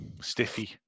Stiffy